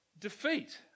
defeat